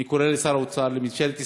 אני קורא לשר האוצר, לממשלת ישראל,